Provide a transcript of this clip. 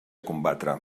combatre